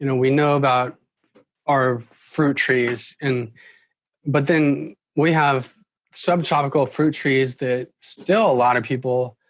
you know we know about our fruit trees and but then we have sub tropical fruit trees that still a lot of people